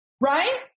right